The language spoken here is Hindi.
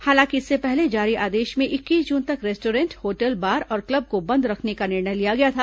हालांकि इससे पहले जारी आदेश में इक्कीस जून तक रेस्टोरेंट होटल बार और क्लब को बंद रखने का निर्णय लिया गया था